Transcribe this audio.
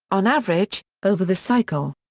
on average, over the cycle.